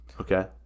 Okay